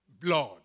Blood